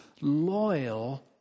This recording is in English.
Loyal